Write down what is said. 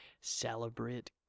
celebrate